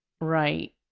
Right